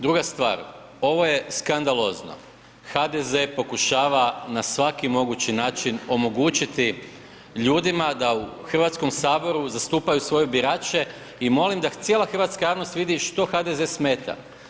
Druga stvar, ovo je skandalozno, HDZ pokušava na svaki mogući način omogućiti ljudima da u HS zastupaju svoje birače i molim da cijela hrvatska javnost vidi što HDZ smeta.